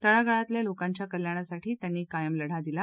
तळागळातल्या लोकांच्या कल्याणासाठी त्यांनी कायम लढा दिला